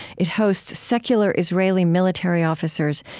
it hosts secular israeli military officers,